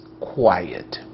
quiet